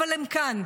אבל הם כאן.